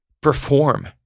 perform